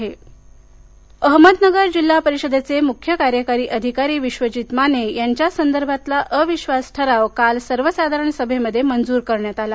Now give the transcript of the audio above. ठराव अहमदनगर अहमदनगर जिल्हा परिषदेचे मुख्य कार्यकारी अधिकारी विश्वजीत माने यांच्या संदर्भातला अविश्वास ठराव काल सर्वसाधारण सभेमध्ये मंजूर करण्यात आला